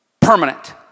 Permanent